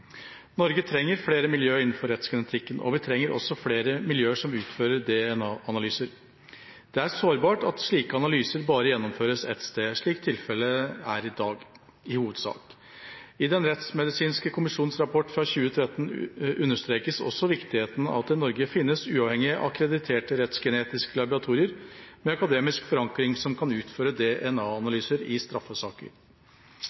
Norge trenger flere miljøer innenfor rettsgenetikken, og vi trenger også flere miljøer som utfører DNA-analyser. Det er sårbart at slike analyser bare gjennomføres ett sted, slik tilfellet er i dag i hovedsak. I Den rettsmedisinske kommisjonens rapport fra 2013 understrekes også viktigheten av at det i Norge finnes uavhengige, akkrediterte rettsgenetiske laboratorier med akademisk forankring som kan utføre